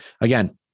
Again